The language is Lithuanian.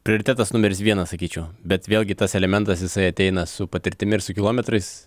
prioritetas numeris vienas sakyčiau bet vėlgi tas elementas jisai ateina su patirtimi ir su kilometrais